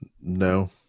No